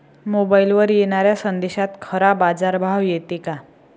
मोबाईलवर येनाऱ्या संदेशात खरा बाजारभाव येते का?